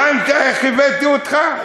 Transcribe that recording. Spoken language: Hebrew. הבנת איך הבאתי אותך?